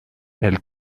elle